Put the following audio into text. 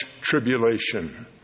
tribulation